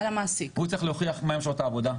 הוא צריך להוכיח מהן שעות העבודה,